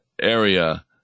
area